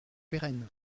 pérenne